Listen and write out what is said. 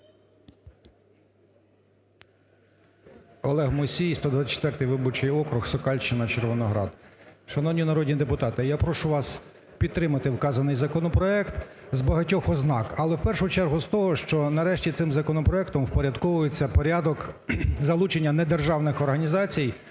Олег Мусій, 124 виборчий округ, Сокальщина, Червоноград. Шановні народні депутати, я прошу вас підтримати вказаний законопроект з багатьох ознак, але в першу чергу з того, що нарешті цим законопроектом впорядковується порядок залучення недержавних організацій